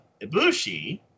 Ibushi